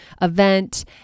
event